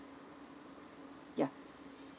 yup